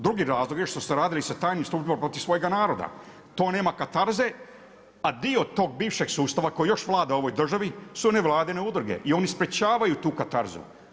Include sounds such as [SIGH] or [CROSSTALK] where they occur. Drugi razlog je što ste radili sa tajnim … [UNINTELLIGIBLE] protiv svojega naroda, to nema katarze, a dio tog bivšeg sustava koji još vlada u ovoj državi su nevladine udruge i oni sprečavaju tu katarzu.